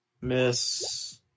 Miss